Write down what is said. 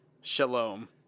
Shalom